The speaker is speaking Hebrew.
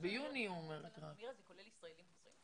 זה כולל ישראלים חוזרים?